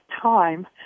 time